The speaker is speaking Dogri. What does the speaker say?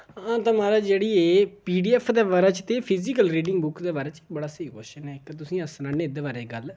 ते महाराज जेह्ड़ी एह् पी डी एफ दे बारे च ते फिजिकल बुक रीडिंग दे बारे च बड़ा स्हेई क्वश्चन ऐ इक तुसेंगी अस सनान्ने आं एह्दे बारे च इक गल्ल